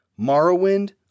Morrowind